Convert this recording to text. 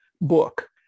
book